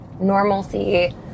normalcy